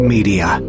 Media